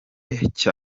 iki